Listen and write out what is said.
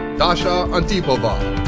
dasha antipova,